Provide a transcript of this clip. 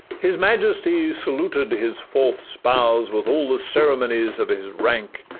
his majesty saluted his fourth spouse with all the ceremonies of his rank,